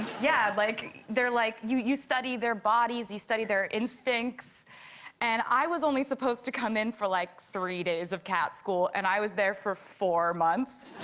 yeah, like they're like you you study their bodies you study their instincts and i was only supposed to come in for like three days of cat school and i was there for four months